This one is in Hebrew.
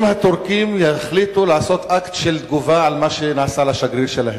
אם הטורקים יחליטו להגיב על מה שנעשה לשגריר שלהם,